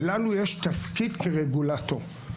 ולנו יש תפקיד כרגולטור.